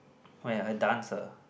where I dance ah